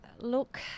look